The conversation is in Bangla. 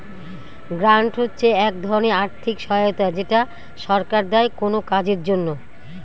গ্রান্ট হচ্ছে এক ধরনের আর্থিক সহায়তা যেটা সরকার দেয় কোনো কাজের জন্য